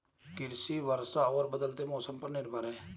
कृषि वर्षा और बदलते मौसम पर निर्भर है